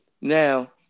Now